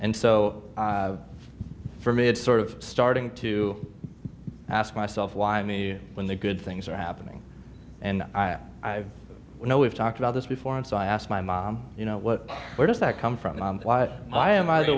and so for me it's sort of starting to ask myself why me when the good things are happening and i know we've talked about this before and so i asked my mom you know what where does that come from why i am by the